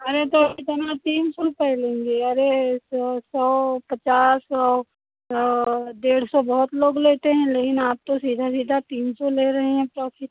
अरे तो कितना तीन सौ रुपये लेंगे अरे सौ पचास और डेढ़ सौ बहुत लोग लेते हैं लेकिन आप तो सीधा सीधा तीन सौ ले रहे हैं प्रॉफ़िट